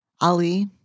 Ali